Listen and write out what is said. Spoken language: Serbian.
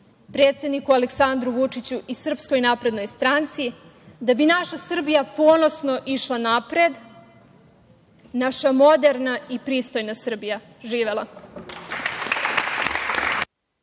predsedniku Aleksandru Vučiću i SNS, da bi naša Srbija ponosno išla napred, naša moderna i pristojna Srbija. Živela.